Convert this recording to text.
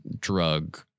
drug